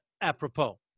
apropos